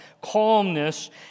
calmness